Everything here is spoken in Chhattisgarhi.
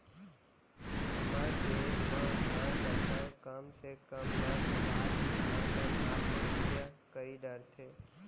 हमर देस म हर बछर कम से कम दस हजार किसान मन आत्महत्या करी डरथे